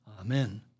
Amen